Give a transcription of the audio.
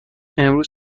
امروز